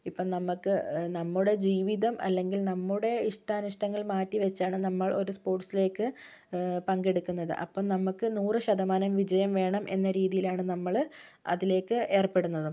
ഇപ്പോൾ നമുക്ക് നമ്മുടെ ജീവിതം അല്ലെങ്കിൽ നമ്മുടെ ഇഷ്ടാനിഷ്ടങ്ങൾ മാറ്റിവെച്ചാണ് നമ്മൾ ഒരു സ്പോർട്സിലേക്ക് പങ്കെടുക്കുന്നത് അപ്പോൾ നമുക്ക് നൂറ് ശതമാനം വിജയം വേണം എന്ന രീതിയിലാണ് നമ്മള് അതിലേക്ക് ഏർപ്പെടുന്നത്